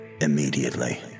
immediately